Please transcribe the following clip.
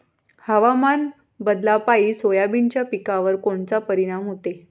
हवामान बदलापायी सोयाबीनच्या पिकावर कोनचा परिणाम होते?